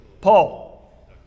Paul